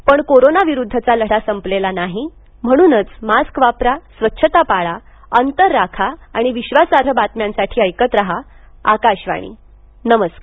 पण कोरोना विरुद्धचा लढा संपलेला नाही म्हणूनच मास्क वापरा स्वच्छता पाळा अंतर राखा आणि विश्वासार्ह बातम्यांसाठी ऐकत रहा आकाशवाणी नमस्कार